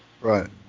Right